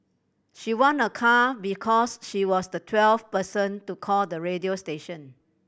she won a car because she was the twelfth person to call the radio station